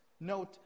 Note